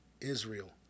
Israel